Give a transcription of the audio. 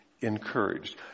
encouraged